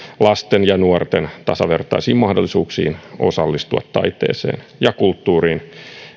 lasten ja nuorten tasavertaisiin mahdollisuuksiin osallistua taiteeseen ja kulttuuriin